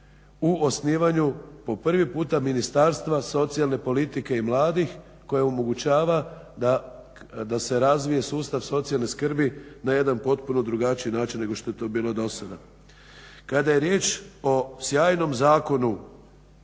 u osnivanju po prvi puta Ministarstva socijalne politike i mladih koja omogućava da se razvije sustav socijalne skrbi na jedan potpuno drugačiji način nego što je to bilo do sada. Kada je riječ o sjajnom Zakonu